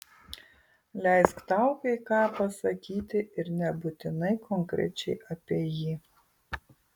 leisk tau kai ką pasakyti ir nebūtinai konkrečiai apie jį